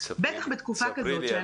בטח בתקופה כזאת.